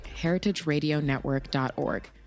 heritageradionetwork.org